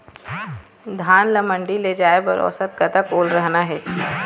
धान ला मंडी ले जाय बर औसत कतक ओल रहना हे?